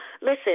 listen